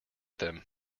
them